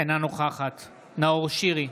אינה נוכחת נאור שירי,